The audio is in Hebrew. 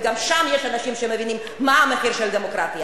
כי גם שם יש אנשים שמבינים מה המחיר של הדמוקרטיה,